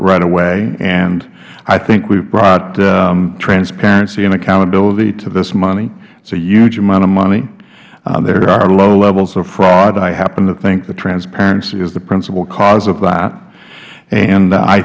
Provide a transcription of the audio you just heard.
right away and i think we've brought transparency and accountability to this money it's a huge amount of money there are low levels of fraud i happen to think the transparency is the principal cause of that and i